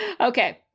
Okay